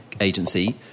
agency